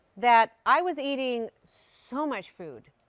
that i was eating so much food.